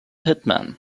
hitman